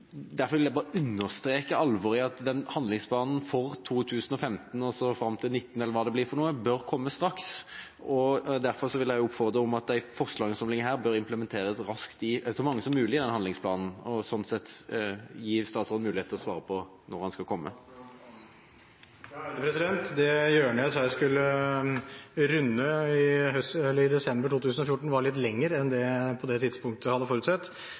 derfor vil jeg understreke alvoret i at handlingsplanen for 2015 fram til 2019, eller hva det nå blir, bør komme straks. Jeg vil oppfordre til at så mange som mulig av de forslagene som ligger her, bør implementeres raskt i den handlingsplanen, og sånn sett gi statsråden mulighet til å svare på når den skal komme. Det hjørnet jeg sa jeg skulle runde, i desember 2014, var litt lengre enn jeg på det tidspunktet hadde forutsett.